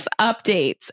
updates